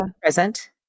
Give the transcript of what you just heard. present